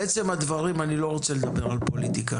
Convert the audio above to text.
לעצם הדברים אני לא רוצה לדבר על פוליטיקה.